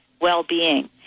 well-being